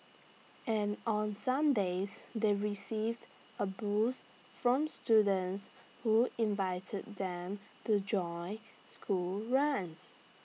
and on some days they received A boost from students who invited them to join school runs